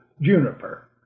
juniper